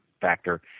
factor